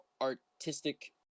artistic